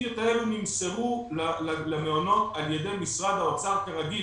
נמסרו למעונות על ידי משרד האוצר כרגיל,